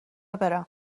برم